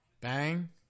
Bang